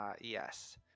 yes